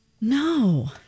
No